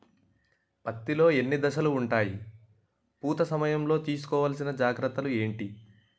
పత్తి లో ఎన్ని దశలు ఉంటాయి? పూత సమయం లో తీసుకోవల్సిన జాగ్రత్తలు ఏంటి?